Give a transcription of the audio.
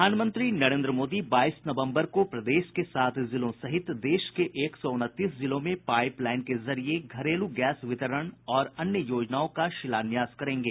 प्रधानमंत्री नरेन्द्र मोदी बाईस नवम्बर को प्रदेश के सात जिलों सहित देश के एक सौ उनतीस जिलों में पाईप लाईन के जरिए घरेलू गैस वितरण और अन्य योजनाओं का शिलान्यास करेंगे